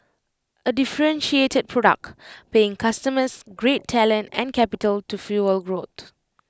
A differentiated product paying customers great talent and capital to fuel growth